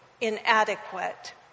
inadequate